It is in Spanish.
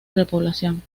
repoblación